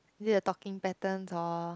is it the talking patterns or